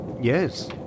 Yes